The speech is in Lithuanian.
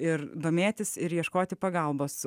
ir domėtis ir ieškoti pagalbos